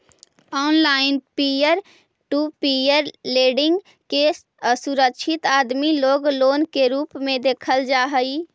online peer to peer lending के असुरक्षित आदमी लोग लोन के रूप में देखल जा हई